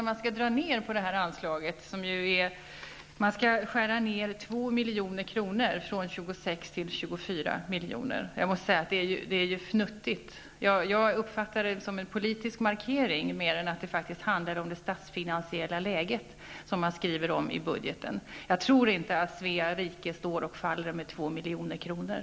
Anslaget skall nu skäras ned med 2 milj.kr., från 26 till 24 milj.kr. Jag måste säga att jag tycker att det är fnuttigt. Jag uppfattar det hela som en politisk markering mer än att det handlar om att ta hänsyn till det statsfinansiella läget, som man skriver i budgeten. Jag tror inte att Svea rike står och faller med 2 milj.kr.